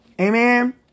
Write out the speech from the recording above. amen